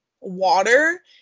water